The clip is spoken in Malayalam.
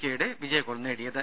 കെയുടെ വിജയഗോൾ നേടിയത്